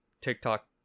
TikTok